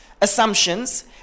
assumptions